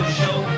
show